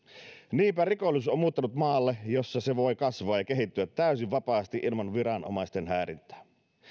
niinpä rikollisuus on muuttanut maalle jossa se voi kasvaa ja kehittyä täysin vapaasti ilman viranomaisten häirintää